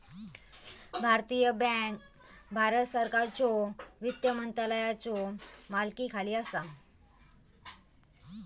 भारतीय बँक भारत सरकारच्यो वित्त मंत्रालयाच्यो मालकीखाली असा